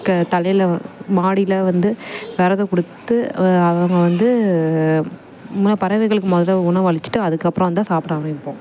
க தலையில் மாடியில் வந்து விரதம் கொடுத்து அவங்க வந்து பறவைகளுக்கு முதல்ல உணவு அழிச்சிட்டு அதுக்கப்புறம் தான் வந்து சாப்பிட ஆரம்பிப்போம்